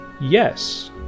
Yes